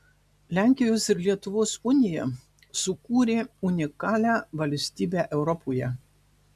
lenkijos ir lietuvos unija sukūrė unikalią valstybę europoje